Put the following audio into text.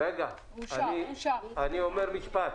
רגע, אני אומר משפט.